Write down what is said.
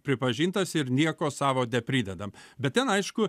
pripažintas ir nieko savo nepridedam bet ten aišku